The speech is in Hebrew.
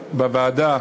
שבוועדה,